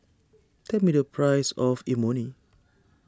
tell me the price of Imoni